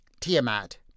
Tiamat